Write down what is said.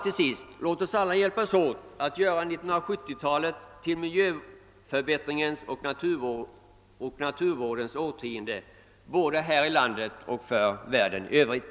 Till sist: Låt oss alla hjälpas åt att göra 1970-talet till miljöförbättringens och naturvårdens årtionde både här i landet och i världen i övrigt.